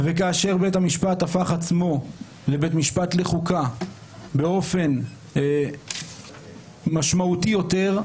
וכאשר בית המשפט הפך עצמו לבית משפט לחוקה באופן משמעותי יותר,